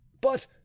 but